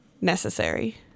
necessary